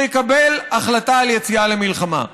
שיקבל החלטה על יציאה למלחמה.